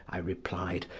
i replied,